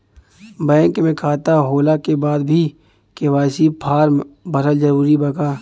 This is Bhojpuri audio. बैंक में खाता होला के बाद भी के.वाइ.सी फार्म भरल जरूरी बा का?